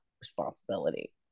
responsibility